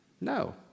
No